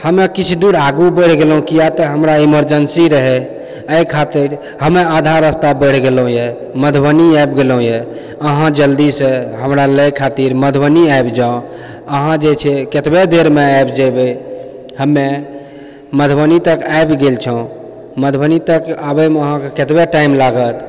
हमे किछु दूर आगू बढ़ि गेलहुँ किया तऽ हमरा इमरजेन्सी रहै एहि खातिर हमे आधा रास्ता बढ़ि गेलहुँए मधुबनी आबि गेलहुँए अहाँ जल्दीसँ हमरा लै खातिर मधुबनी आबि जाउ अहाँ जे छै कतबे देरमे आबि जेबै हमे मधुबनी तक आबि गेल छौँ मधुबनी तक आबैमे अहाँके कतबे टाइम लागत